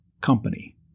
company